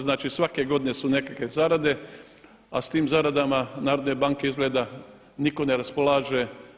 Znači, svake godine su nekakve zarade, a s tim zaradama Narodne banke izgleda nitko ne raspolaže.